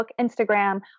Instagram